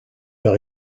par